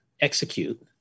execute